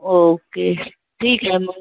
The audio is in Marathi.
ओके ठीक आहे मग